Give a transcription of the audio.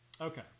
Okay